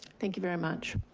thank you very much.